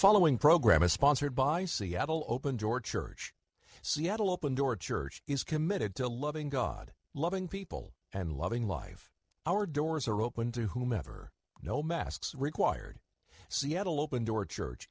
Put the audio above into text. following program is sponsored by seattle open door church seattle open door church is committed to loving god loving people and loving life our doors are open to whomever no masks required seattle open door church